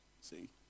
See